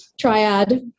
triad